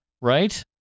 right